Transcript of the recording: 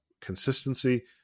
consistency